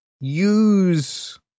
use